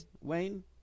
Wayne